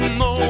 no